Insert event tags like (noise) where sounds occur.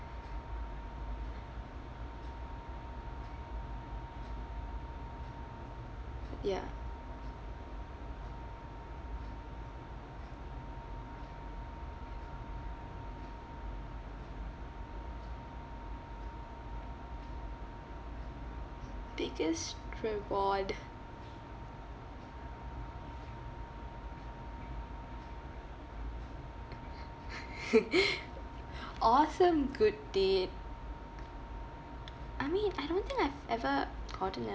ya biggest reward (laughs) awesome good deed I mean I don't think I've ever gotten a